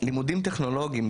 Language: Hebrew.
לימודים טכנולוגיים,